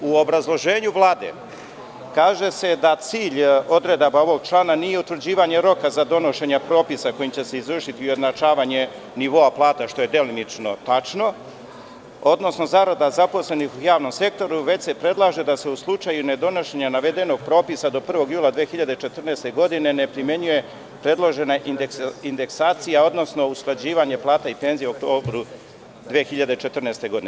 U obrazloženju Vlade se kaže da cilj odredabaovog člana nije utvrđivanje roka za donošenje propisa kojim će se izvršiti ujednačavanje nivoa plata, što je delimično tačno, odnosno zarada zaposlenih u javnom sektoru, već se predlaže da se u slučaju ne donošenja navedenog propisa do 1. jula 2014. godine ne primenjuje predložena indeksacija, odnosno usklađivanje plata i penzija u okviru 2014. godine.